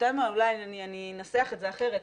אולי אני אנסח את זה אחרת,